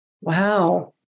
Wow